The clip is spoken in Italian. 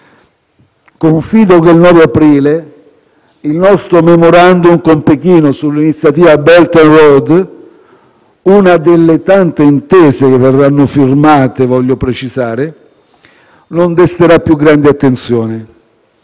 Confido che il 9 aprile il nostro *memorandum* con Pechino sull'iniziativa Belt and Road - una delle tante intese che verranno firmate, voglio precisare - non desterà più grande attenzione.